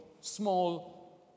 small